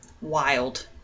Wild